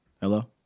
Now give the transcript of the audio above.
Hello